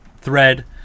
thread